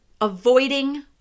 avoiding